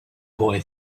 boy